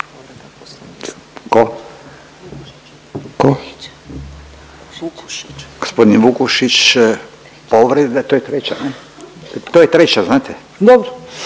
se ne razumije./… Gospodin Vukušić povreda, to je treća ne, to je treća znate?